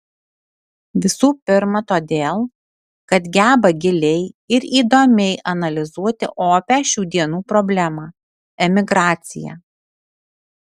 visų pirma todėl kad geba giliai ir įdomiai analizuoti opią šių dienų problemą emigraciją